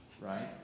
right